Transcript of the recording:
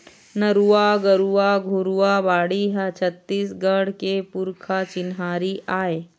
नरूवा, गरूवा, घुरूवा, बाड़ी ह छत्तीसगढ़ के पुरखा के चिन्हारी आय